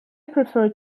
prefer